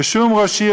ושום ראש עיר,